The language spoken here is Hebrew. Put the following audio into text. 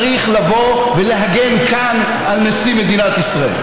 צריך לבוא ולהגן כאן על נשיא מדינת ישראל,